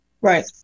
right